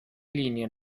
linien